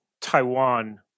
Taiwan